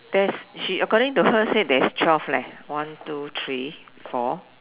there's she according to her said there's twelve one two three four